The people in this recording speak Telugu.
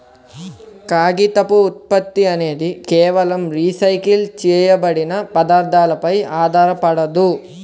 కాగితపు ఉత్పత్తి అనేది కేవలం రీసైకిల్ చేయబడిన పదార్థాలపై ఆధారపడదు